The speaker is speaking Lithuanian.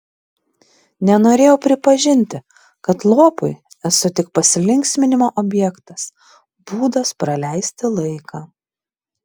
nenorėjau pripažinti kad lopui esu tik pasilinksminimo objektas būdas praleisti laiką